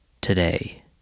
today